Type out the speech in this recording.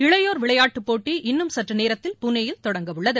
இளையோர் விளையாட்டுப் போட்டிஇன்னும் சற்றுநேரத்தில் புனேயில் தொடங்க உள்ளது